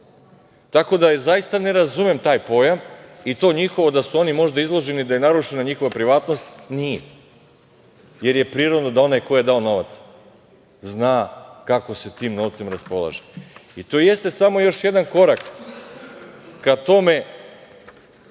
da, zaista ne razumem taj pojam i to njihovo da su oni možda izloženi, da je narušena njihova privatnost. Nije, jer je prirodno da onaj ko je dao novac zna kako se tim novcem raspolaže i to jeste samo još jedan korak ka tome